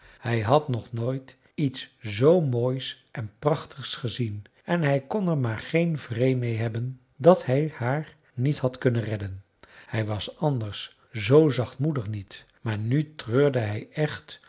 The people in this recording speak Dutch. hij had nog nooit iets z moois en prachtigs gezien en hij kon er maar geen vrede meê hebben dat hij haar niet had kunnen redden hij was anders zoo zachtmoedig niet maar nu treurde hij echt